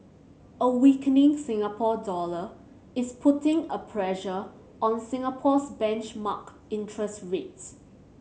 a weakening Singapore dollar is putting a pressure on Singapore's benchmark interest rates